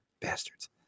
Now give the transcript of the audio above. Bastards